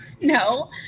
no